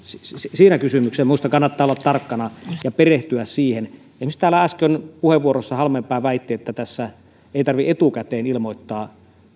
siinä kysymyksessä minusta kannattaa olla tarkkana ja perehtyä siihen esimerkiksi täällä äsken puheenvuorossa halmeenpää väitti että tässä ei tarvitse etukäteen ilmoittaa